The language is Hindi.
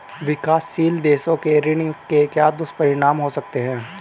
विकासशील देशों के ऋण के क्या दुष्परिणाम हो सकते हैं?